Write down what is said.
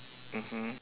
mmhmm